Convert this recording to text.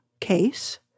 case